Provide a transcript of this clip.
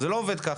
זה לא עובד ככה.